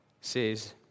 says